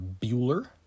Bueller